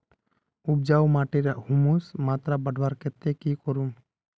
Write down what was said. उपजाऊ माटिर ह्यूमस मात्रा बढ़वार केते की करूम?